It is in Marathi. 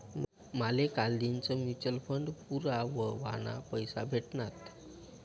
माले कालदीनच म्यूचल फंड पूरा व्हवाना पैसा भेटनात